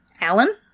Alan